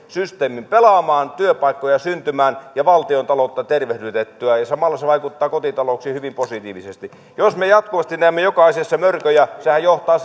systeemin pelaamaan työpaikkoja syntymään ja valtiontaloutta tervehdytettyä samalla se vaikuttaa kotitalouksiin hyvin positiivisesti jos me jatkuvasti näemme joka asiassa mörköjä se johtaa